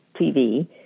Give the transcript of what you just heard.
TV